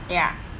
ya